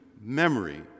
memory